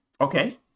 Okay